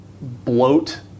bloat